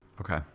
Okay